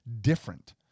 different